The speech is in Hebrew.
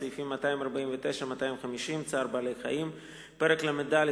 סעיפים 249 250 (צער בעלי-חיים); פרק ל"ד,